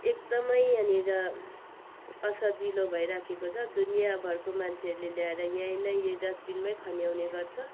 एकदमै यहाँनिर असजिलो भइराखेको छ दुनियाँभरको मान्छेहरूले ल्याएर यहीँ नै यही डस्टबिनमै खन्याउने गर्छ